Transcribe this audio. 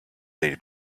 their